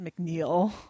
mcneil